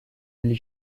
или